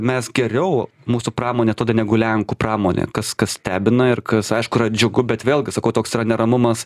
mes geriau mūsų pramonė tada negu lenkų pramonė kas kas stebina ir kas aišku yra džiugu bet vėlgi sakau toks yra neramumas